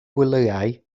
gwelyau